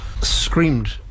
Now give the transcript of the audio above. screamed